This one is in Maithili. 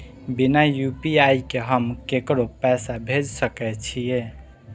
बिना यू.पी.आई के हम ककरो पैसा भेज सके छिए?